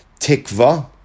Tikva